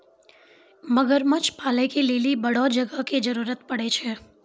मगरमच्छ पालै के लेली बड़ो जगह के जरुरत पड़ै छै